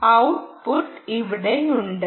output ഇവിടെയുണ്ട്